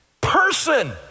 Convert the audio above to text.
person